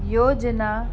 योजना